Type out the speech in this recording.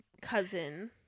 cousin